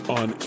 on